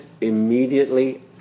immediately